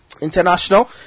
international